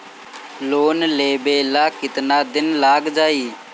Loan लेबे ला कितना दिन लाग जाई?